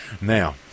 Now